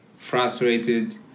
Frustrated